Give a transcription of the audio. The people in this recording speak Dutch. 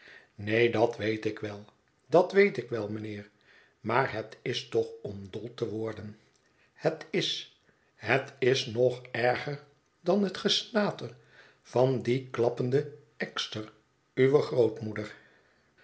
neen dat weet ik wel dat weetik wel mijnheer maar het is toch om dol te worden het is het is nog erger dan het gesnater van dien klappenden ekster uwe grootmoeder